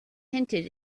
hinted